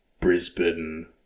Brisbane